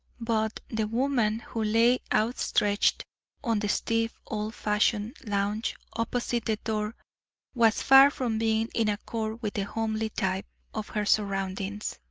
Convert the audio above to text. but the woman who lay outstretched on the stiff, old-fashioned lounge opposite the door was far from being in accord with the homely type of her surroundings.